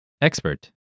Expert